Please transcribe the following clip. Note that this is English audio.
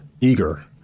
eager